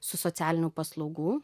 su socialinių paslaugų